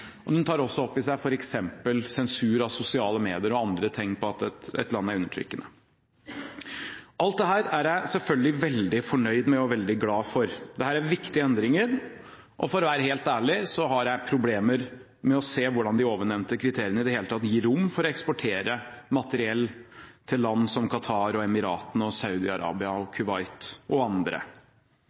og den tar også opp i seg f.eks. sensur av sosiale medier eller andre tegn på at et land er undertrykkende. Alt dette er jeg selvfølgelig veldig fornøyd med og veldig glad for. Dette er viktige endringer. For å være helt ærlig har jeg problemer med å se hvordan de ovennevnte kriteriene i det hele tatt gir rom for å kunne eksportere materiell til land som Qatar, De forente arabiske emirater, Saudi-Arabia, Kuwait og andre.